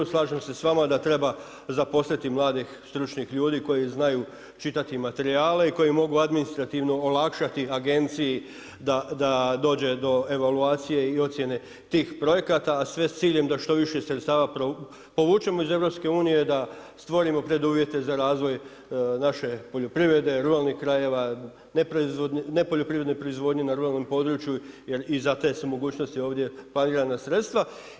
Slažem se sa vama da treba zaposliti mladih, stručnih ljudi koji znaju čitati materijale i koji mogu administrativno olakšati agenciji da dođe do evaluacije i ocjene tih projekata, a sve s ciljem da što više sredstava provučemo iz EU, da stvorimo preduvjete za razvoj naše poljoprivrede, ruralnih krajeva, nepoljoprivredne proizvodnje na ruralnom području jer i za te su mogućnosti ovdje planirana sredstva.